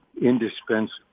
indispensable